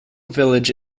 village